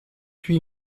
huit